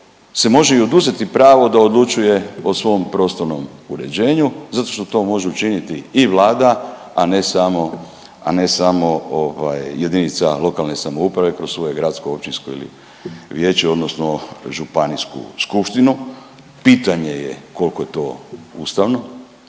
se može i oduzeti pravo da odlučuje o svom prostornom uređenju zato što to može učiniti i Vlada, a ne samo, a ne samo ovaj jedinica lokalne samouprave kroz svoje gradsko, općinsko vijeće odnosno županijsku skupštinu. Pitanje je koliko to ustavno.